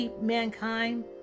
mankind